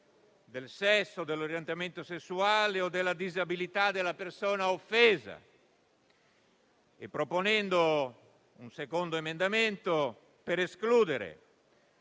del sesso, dell'orientamento sessuale o della disabilità della persona offesa. Abbiamo poi proposto un altro emendamento per escludere